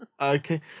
Okay